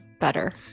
better